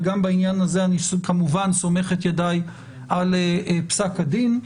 וגם בעניין הזה אני כמובן סומך את ידיי על פסק הדין.